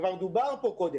דובר על זה קודם,